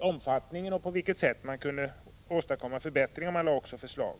omfattningen och försöka avgöra på vilket sätt man kunde åstadkomma förbättringar. Rådet lade också fram förslag.